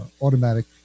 automatic